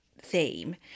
Theme